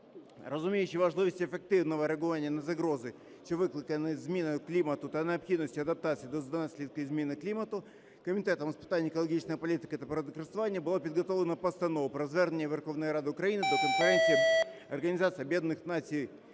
Розуміючи важливість ефективного реагування на загрози чи виклики на зміни клімату та необхідності адаптації до наслідків змін клімату, Комітетом з питань екологічної політики та природокористування була підготовлена Постанова про звернення Верховної Ради України до Конференції Організації Об'єднаних Націй